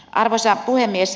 arvoisa puhemies